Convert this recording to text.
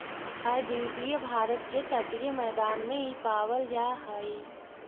प्रायद्वीपीय भारत के तटीय मैदान में इ पावल जा हई